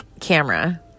camera